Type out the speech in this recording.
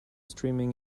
streaming